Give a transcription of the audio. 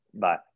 Bye